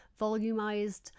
volumized